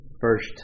first